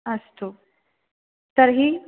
अस्तु तर्हि